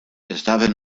estaven